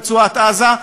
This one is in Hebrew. ברצועת-עזה,